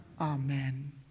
Amen